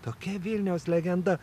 tokia vilniaus legenda